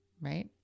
right